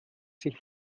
sich